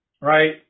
right